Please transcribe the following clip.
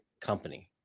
company